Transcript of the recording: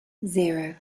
zero